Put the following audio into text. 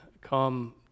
come